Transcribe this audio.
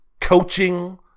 coaching